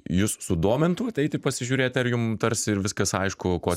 jus sudomintų ateiti pasižiūrėti ar jum tarsi ir viskas aišku ko